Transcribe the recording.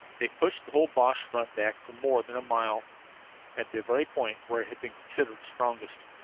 they pushed the whole boche front back for more than a mile at the very point where it had been considered strongest!